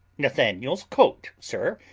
nathaniel's coat, sir,